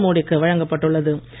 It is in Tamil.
நரேந்திரமோடி க்கு வழங்கப்பட்டுள்ளது